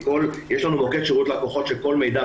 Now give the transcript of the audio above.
יש לנו מוקד שירות לקוחות לכל מידע,